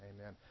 Amen